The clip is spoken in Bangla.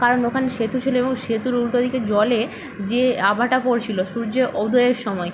কারণ ওখানে সেতু ছিল এবং সেতুর উল্টোদিকে জলে যে আভাটা পড়ছিল সূর্য উদয়ের সময়